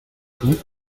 tout